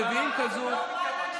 כשמביאים כזאת,